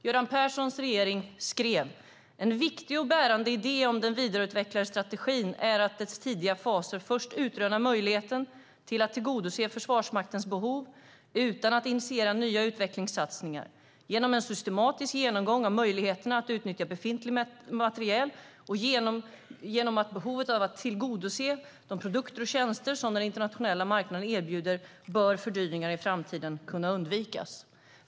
Göran Perssons regering skrev: En viktig och bärande idé med den vidareutvecklade strategin är att i dess tidiga faser först utröna möjligheterna till att tillgodose Försvarsmaktens behov utan att initiera nya utvecklingssatsningar. Genom en systematisk genomgång av möjligheterna att utnyttja befintlig materiel och genom att behovet tillgodoses av de produkter och tjänster som den internationella marknaden erbjuder bör fördyringar kunna undvikas.